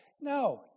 No